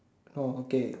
oh okay